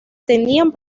tenían